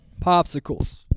popsicles